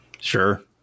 Sure